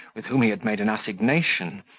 with whom he had made an assignation,